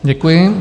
Děkuji.